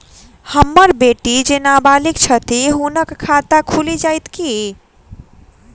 हम्मर बेटी जेँ नबालिग छथि हुनक खाता खुलि जाइत की?